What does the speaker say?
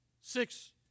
six